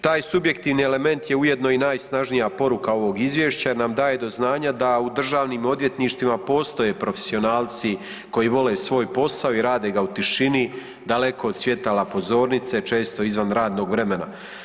Taj subjektivni element je ujedno i najsnažnija poruka ovog izvješća, jer nam daje do znanja da u državnim odvjetništvima postoje profesionalci koji vole svoj posao i rade ga u tišini daleko od svjetala pozornice, često izvan radnog vremena.